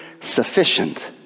sufficient